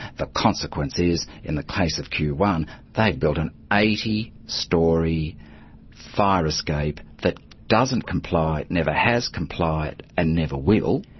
the consequence is in the case of q one they've built an eighty storey fire escape that doesn't comply, it never has complied and never will.